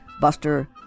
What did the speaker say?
Buster